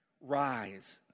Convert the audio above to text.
Rise